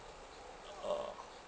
uh